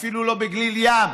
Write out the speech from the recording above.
אפילו לא בגליל ים,